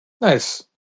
Nice